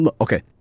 okay